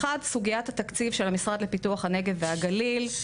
הראשון: סוגיית התקציב של המשרד לפיתוח הנגב והגליל.